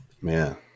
Man